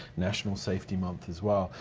national safety month as well.